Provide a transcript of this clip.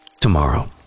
Tomorrow